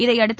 இதையடுத்து